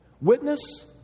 Witness